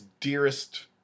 dearest